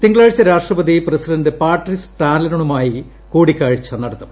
തിങ്കളാഴ്ച രാഷ്ട്രപതി president Patrice ടാലണുമായി കൂടിക്കാഴ്ച നടത്തും